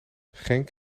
genk